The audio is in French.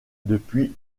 depuis